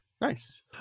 Nice